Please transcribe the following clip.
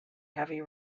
heavy